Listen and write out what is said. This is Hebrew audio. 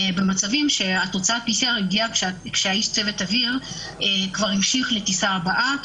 במצבים שתוצאת ה-PCR הגיעה כשאיש צוות האוויר כבר המשיך לטיסה הבאה.